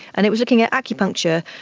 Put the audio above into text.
and it was looking at acupuncture.